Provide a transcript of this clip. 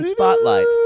Spotlight